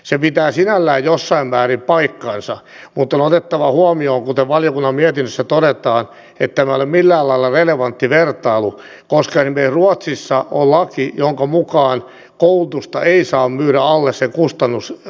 se pitää sinällään jossain määrin paikkansa mutta on otettava huomioon kuten valiokunnan mietinnössä todetaan että tämä ei ole millään lailla relevantti vertailu koska esimerkiksi ruotsissa on laki jonka mukaan koulutusta ei saa myydä alle sen kustannustason